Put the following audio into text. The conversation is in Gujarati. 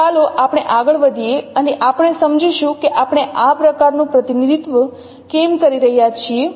તો ચાલો આપણે આગળ વધીએ અને આપણે સમજીશું કે આપણે આ પ્રકારનું પ્રતિનિધિત્વ કેમ કરી રહ્યા છીએ